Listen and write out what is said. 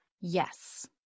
Yes